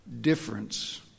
difference